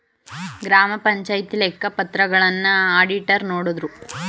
ಗ್ರಾಮ ಪಂಚಾಯಿತಿ ಲೆಕ್ಕ ಪತ್ರಗಳನ್ನ ಅಡಿಟರ್ ನೋಡುದ್ರು